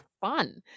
fun